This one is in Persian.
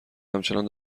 همچنان